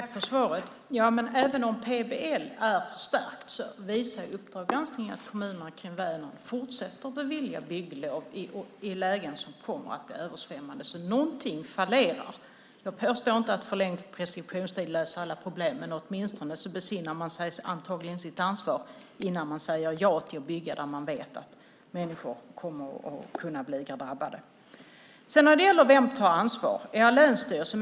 Herr talman! Även om PBL är stärkt visar Uppdrag granskning att kommunerna kring Vänern fortsätter att bevilja bygglov i lägen som kommer att bli översvämmade. Någonting fallerar. Jag påstår inte att en förlängd preskriptionstid löser alla problemen, men åtminstone besinnar man sig antagligen innan man säger ja till att bygga när man vet att människor kommer att bli drabbade. Vem tar ansvaret? Det är länsstyrelsen.